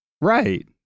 Right